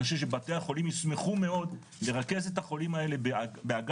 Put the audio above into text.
אני חושב שבתי החולים ישמחו מאוד לרכז את החולים האלה באגף